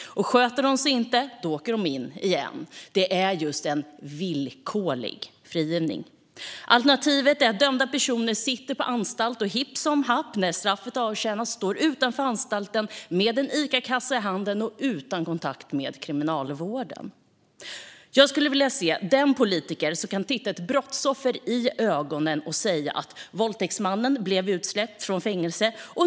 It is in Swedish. Sköter de sig inte åker de in igen. Det är just en villkorlig frigivning. Alternativet är att dömda personer sitter på anstalt och att de, hipp som happ, när straffet är avtjänat står utanför anstalten med en Icakasse i handen och utan kontakt med Kriminalvården. Jag skulle vilja se den politiker som kan se ett brottsoffer i ögonen och säga: Våldtäktsmannen blev utsläppt ur fängelset.